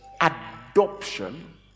adoption